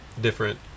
different